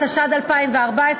התשע"ד 2014,